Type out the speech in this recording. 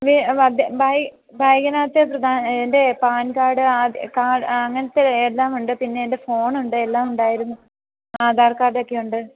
വേ ബാഗിൻ്റെ അകത്ത് ബാ എൻ്റെ പാൻ കാർഡ് ആ കാർഡ് അങ്ങനത്തെ എല്ലാമുണ്ട് പിന്നെ എൻ്റെ ഫോണുണ്ട് എല്ലാമുണ്ടായിരുന്നു ആധാർകാർഡൊക്കെ ഉണ്ട്